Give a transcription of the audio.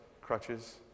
crutches